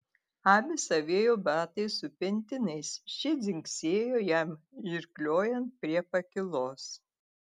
abis avėjo batais su pentinais šie dzingsėjo jam žirgliojant prie pakylos